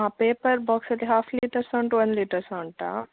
ಹಾಂ ಪೇಪರ್ ಬಾಕ್ಸಲ್ಲಿ half litre ಸಹ ಉಂಟು ಒಂದು ಲೀಟರ್ ಸಹ ಉಂಟಾ